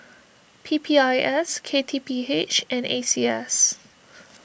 P P I S K T P H and A C S